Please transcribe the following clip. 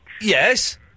Yes